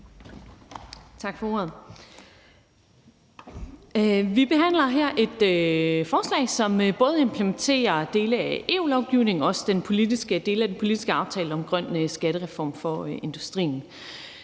Tak for ordet. Vi behandler her et forslag, som både implementerer dele af EU-lovgivning og også dele af den politiske aftale om grøn skattereform for industrien.